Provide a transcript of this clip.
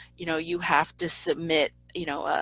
you know you have to submit you know